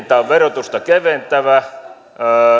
tämä on verotusta keventävä